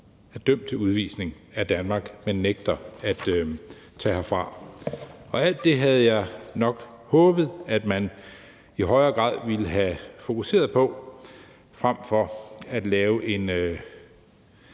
er dømt til udvisning af Danmark, men som nægter at tage herfra. Og alt det havde jeg nok håbet at man i højere grad ville have fokuseret på – frem for at lave en